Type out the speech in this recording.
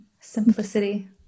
Simplicity